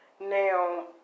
Now